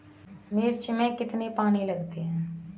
मिर्च में कितने पानी लगते हैं?